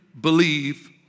believe